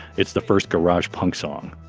it's the first garage punk song.